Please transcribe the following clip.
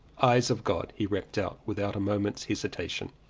eyes of god, he rapped out without a moment's hesitation.